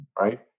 right